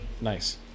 Nice